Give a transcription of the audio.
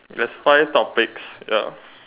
there's five topics ya